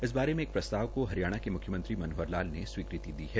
इस बारे में एक प्रस्ताव को हरियाणा के मुख्यमंत्री मनोहर लाल ने स्वीकृति दे दी है